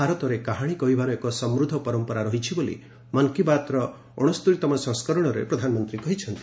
ଭାରତରେ କାହାଣୀ କହିବାର ଏକ ସମୃଦ୍ଧ ପରମ୍ପରା ରହିଛି ବୋଲି ମନ୍ କି ବାତର ଅଣସ୍ତରୀତମ ସଂସ୍କରଣରେ ପ୍ରଧାନମନ୍ତ୍ରୀ କହିଛନ୍ତି